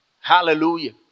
Hallelujah